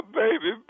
baby